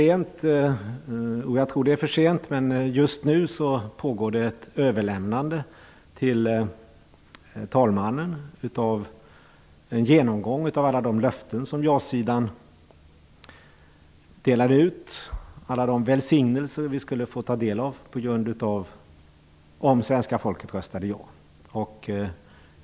Fru talman! Just nu pågår ett överlämnande till talmannen av en genomgång av alla de löften som jasidan delade ut, alla de välsignelser vi skulle få ta del av om svenska folket röstade ja.